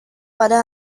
pada